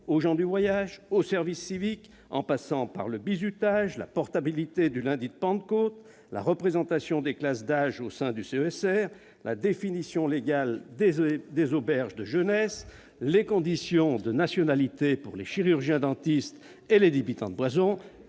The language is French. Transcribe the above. aux gens du voyage, au service civique, en passant par le bizutage, la portabilité du lundi de Pentecôte, la représentation des classes d'âge au sein du CESER, la définition légale des auberges de jeunesse, les conditions de nationalité pour les chirurgiens-dentistes et les débitants de boisson